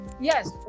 Yes